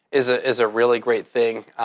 is ah is a really great thing.